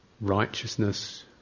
righteousness